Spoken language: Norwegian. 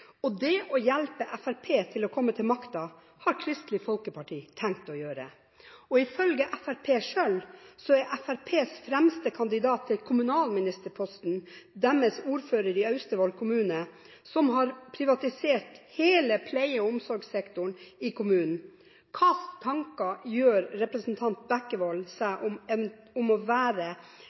valg». Det å hjelpe Fremskrittspartiet til å komme til makten har Kristelig Folkeparti tenkt å gjøre. Ifølge Fremskrittspartiet selv er Fremskrittspartiets fremste kandidat til kommunalministerposten deres ordfører i Austevoll kommune, som har privatisert hele pleie- og omsorgssektoren i kommunen. Hvilke tanker gjør representanten Bekkevold seg om å være